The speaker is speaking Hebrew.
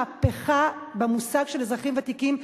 מהפכה במושג של אזרחים ותיקים,